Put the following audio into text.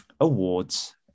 awards